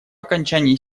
окончании